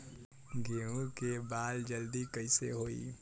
गेहूँ के बाल जल्दी कईसे होई?